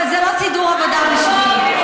אבל זה לא סידור עבודה בשבילי.